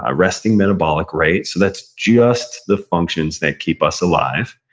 ah resting metabolic rate, so that's just the functions that keep us alive.